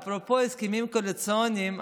אפרופו הסכמים קואליציוניים,